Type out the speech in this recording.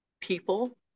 people